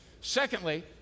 Secondly